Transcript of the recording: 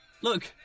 Look